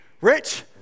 Rich